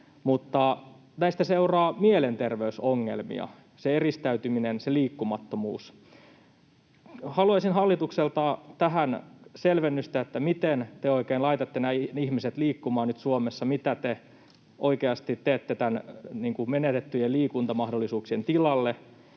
näistä seuraa myös mielenterveysongelmia, siitä eristäytymisestä, liikkumattomuudesta. Haluaisin hallitukselta tähän selvennystä, miten te oikein laitatte ihmiset liikkumaan nyt Suomessa, mitä te oikeasti teette menetettyjen liikuntamahdollisuuksien tilalle.